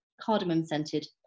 cardamom-scented